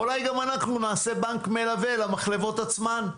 אולי גם אנחנו נעשה בנק מלווה למחלבות עצמן,